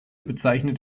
bezeichnet